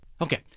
Okay